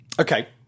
Okay